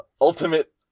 Ultimate